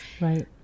Right